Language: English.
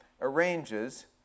arranges